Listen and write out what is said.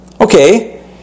Okay